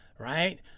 Right